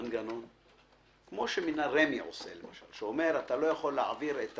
מנגנון שאומר: אתה לא יכול להעביר את